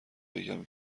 بگم